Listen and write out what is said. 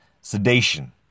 sedation